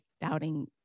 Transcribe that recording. doubting